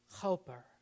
helper